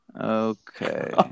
Okay